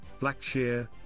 Blackshear